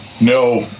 no